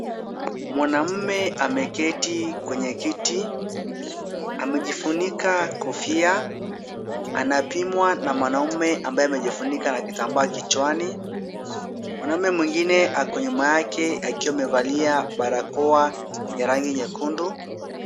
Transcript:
Mwanamme ameketi kwenye kiti. Amejifunika kofia. Anapimwa na mwanamme ambaye amejifunika na kitambaa kichwani. Mwanamme mwingine ako nyuma yake akiwa amevalia barakoa ya rangi nyekundu.